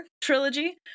trilogy